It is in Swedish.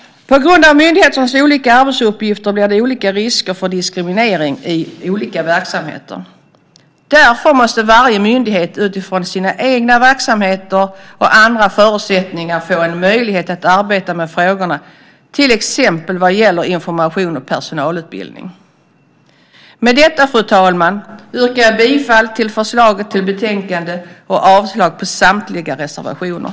På grund av myndigheternas olika arbetsuppgifter blir det olika risker för diskriminering i olika verksamheter. Därför måste varje myndighet utifrån sin egen verksamhet och andra förutsättningar få en möjlighet att arbeta med frågorna, till exempel vad gäller information och personalutbildning. Med detta, fru talman, yrkar jag bifall till förslaget till beslut i betänkandet och avslag på samtliga reservationer.